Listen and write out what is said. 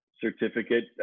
certificate